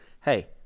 Hey